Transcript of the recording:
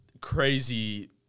crazy